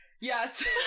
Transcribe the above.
Yes